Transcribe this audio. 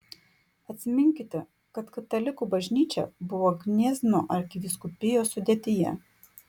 atsiminkite kad katalikų bažnyčia buvo gniezno arkivyskupijos sudėtyje